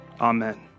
Amen